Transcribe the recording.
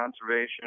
conservation